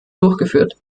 durchgeführt